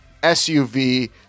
SUV